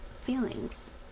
feelings